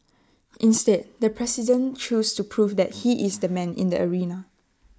instead the president chose to prove that he is the man in the arena